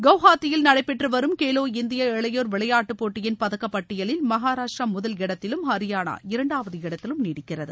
குவஹாத்தியில் நடைபெற்று வரும் கேலோ இந்தியா இளையோர் விளையாட்டுப் போட்டியின் பதக்கப்பட்டியலில் மகாராஷ்டிரா முதல் இடத்திலும் ஹரியானா இரண்டாவது இடத்திலும் நீடிக்கிறது